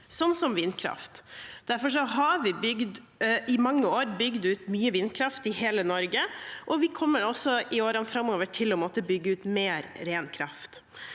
sånn som vindkraft. Derfor har vi i mange år bygd ut mye vindkraft i hele Norge, og vi kommer også i årene framover til å måtte bygge ut mer ren kraft.